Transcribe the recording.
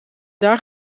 daar